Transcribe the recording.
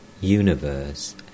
universe